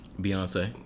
Beyonce